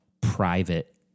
private